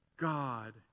God